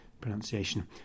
pronunciation